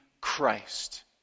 Christ